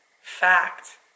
Fact